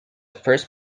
first